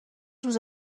روز